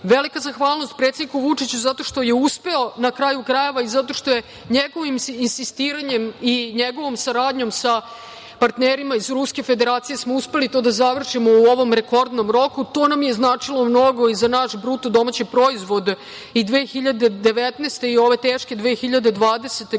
Velika zahvalnost predsedniku Vučiću zato što je uspeo, na kraju krajeva, i zato što sa njegovim insistiranjem i njegovom saradnjom sa partnerima iz Ruske Federacije smo uspeli to da završimo u ovom rekordnom roku. To nam je značilo mnogo i za naš BDP i 2019. godine i ove teške 2020. godine,